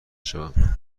شوم